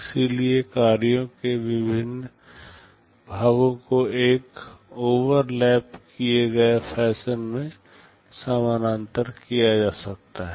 इसलिए कार्यों के विभिन्न भागों को एक ओवरलैप किए गए फैशन में समानांतर में किया जा सकता है